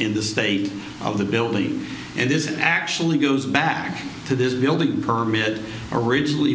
in the state of the building and this actually goes back to this building permit originally